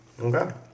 Okay